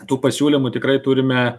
tų pasiūlymų tikrai turime